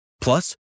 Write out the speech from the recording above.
Plus